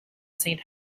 saint